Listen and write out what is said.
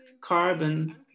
carbon